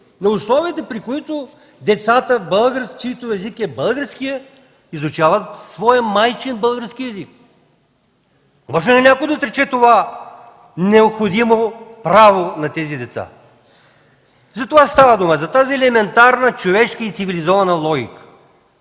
на условията, при които децата, чийто език е българският, изучават своя майчин български език. Може ли някой да отрече това необходимо право на тези деца? Затова става дума, за тази елементарна човешка и цивилизована логика.